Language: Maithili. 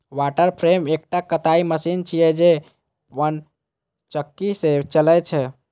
वाटर फ्रेम एकटा कताइ मशीन छियै, जे पनचक्की सं चलै छै